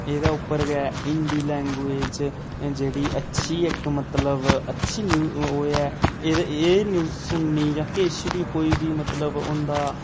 एह्दे उप्पर गै हिंदी लैंग्वेज जेहड़ी अच्छी इक मतलब अच्छी न्यू ओह् ऐ एह् न्यूज सुननी जां किश बी कोई बी मतलब होंदा